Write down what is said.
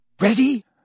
Ready